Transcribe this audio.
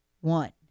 one